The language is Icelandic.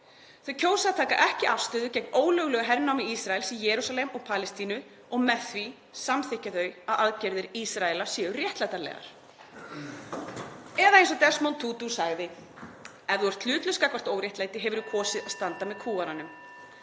Þau kjósa að taka ekki afstöðu gegn ólöglegu hernámi Ísraels í Jerúsalem og Palestínu og með því samþykkja þau að aðgerðir Ísraela séu réttlætanlegar.“ Eða eins og Desmond Tutu sagði: Ef þú ert hlutlaus gagnvart óréttlæti hefurðu kosið að standa með kúgaranum.